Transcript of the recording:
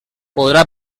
podrà